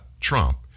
Trump